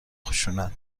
خشونت